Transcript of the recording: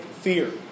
fear